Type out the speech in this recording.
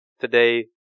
today